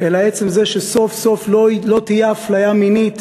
אלא עצם זה שסוף-סוף לא תהיה אפליה מינית